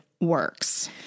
works